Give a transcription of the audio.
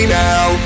now